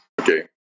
okay